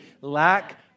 lack